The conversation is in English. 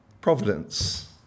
Providence